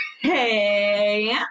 Hey